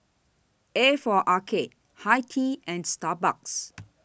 A For Arcade Hi Tea and Starbucks